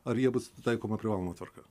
ar jie bus taikoma privaloma tvarka